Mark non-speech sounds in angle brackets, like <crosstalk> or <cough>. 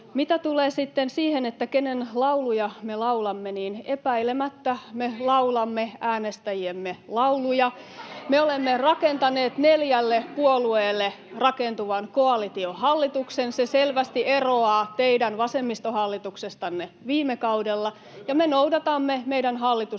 Mitä tulee sitten siihen, kenen lauluja me laulamme, niin epäilemättä me laulamme äänestäjiemme lauluja. <noise> Me olemme rakentaneet neljälle puolueelle rakentuvan koalitiohallituksen. Se selvästi eroaa teidän vasemmistohallituksestanne viime kaudella, [Mauri Peltokangas: